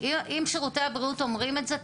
אם שירותי הבריאות אומרים את זה,